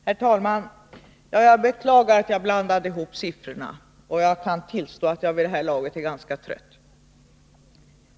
Herr talman! Jag beklagar att jag blandade ihop siffrorna — jag kan tillstå att jag vid det här laget är ganska trött.